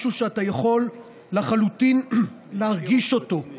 משהו שאתה יכול לחלוטין להרגיש אותו,